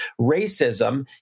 Racism